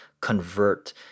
convert